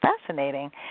fascinating